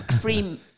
free